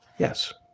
yes,